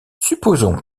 supposons